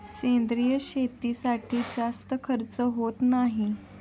सेंद्रिय शेतीसाठी जास्त खर्च होत नाही